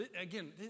Again